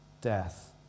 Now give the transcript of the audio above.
Death